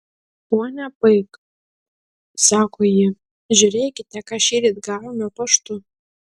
ponia paik sako ji žiūrėkite ką šįryt gavome paštu